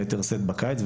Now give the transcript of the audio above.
יתר שאת בקיץ.